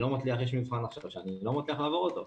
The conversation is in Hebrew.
יש לי מבחן עכשיו שאני לא מצליח לעבור אותו.